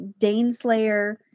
Daneslayer